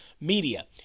media